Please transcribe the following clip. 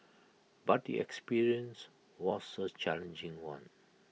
but the experience was A challenging one